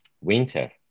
winter